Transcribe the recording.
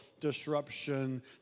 disruption